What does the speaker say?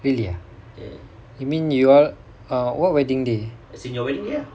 really ah you mean you all what wedding day